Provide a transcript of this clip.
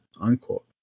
unquote